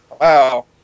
Wow